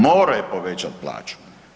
Morao je povećati plaću.